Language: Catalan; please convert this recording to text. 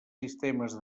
sistemes